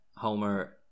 Homer